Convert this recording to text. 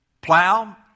plow